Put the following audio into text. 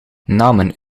namen